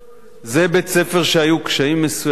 זה בית-ספר שהיו בו קשיים מסוימים.